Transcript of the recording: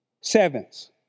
sevens